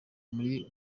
muri